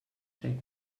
jack